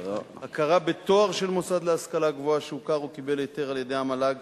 הכרה בתואר של מוסד להשכלה גבוהה שהוכר או קיבל היתר על-ידי המועצה